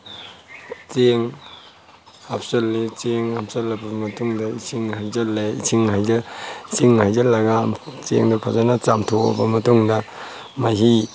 ꯆꯦꯡ ꯍꯥꯞꯆꯤꯜꯂꯤ ꯆꯦꯡ ꯍꯥꯞꯆꯤꯜꯂꯕ ꯃꯇꯨꯡꯗ ꯏꯁꯤꯡꯁꯤꯡ ꯍꯩꯖꯤꯜꯂꯦ ꯏꯁꯤꯡ ꯏꯁꯤꯡ ꯍꯩꯖꯤꯜꯂꯒ ꯆꯦꯡꯗꯣ ꯐꯖꯅ ꯆꯝꯊꯣꯛꯑꯕ ꯃꯇꯨꯡꯗ ꯃꯍꯤ